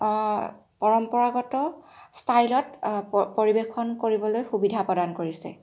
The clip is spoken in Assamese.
পৰম্পৰাগত ষ্টাইলত পৰিৱেশন কৰিবলৈ সুবিধা প্ৰদান কৰিছে